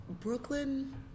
Brooklyn